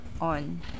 on